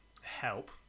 help